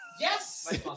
Yes